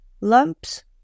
lumps